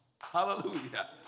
Hallelujah